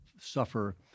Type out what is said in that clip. suffer